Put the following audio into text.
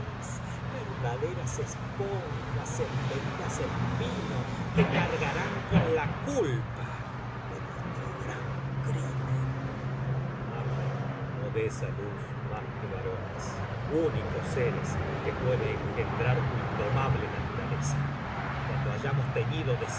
verdaderas esponjas embebidas en vino que cargarán con la culpa de nuestro gran crimen no des á luz más que varones únicos seres que puede engendrar tu indomable naturaleza cuando hayamos teñido de